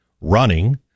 running